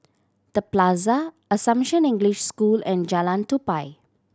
The Plaza Assumption English School and Jalan Tupai